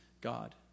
God